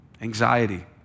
anxiety